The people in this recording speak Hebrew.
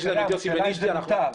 השאלה אם זה מותר.